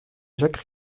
jacques